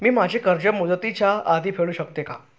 मी माझे कर्ज मुदतीच्या आधी फेडू शकते का?